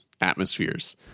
atmospheres